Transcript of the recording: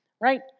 Right